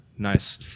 Nice